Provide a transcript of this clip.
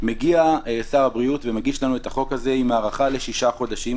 מגיע שר הבריאות ומגיש לנו את החוק הזה עם הארכה לשישה חודשים,